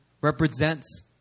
represents